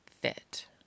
fit